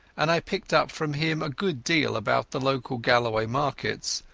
and i picked up from him a good deal about the local galloway markets,